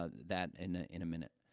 ah that in a in a minute.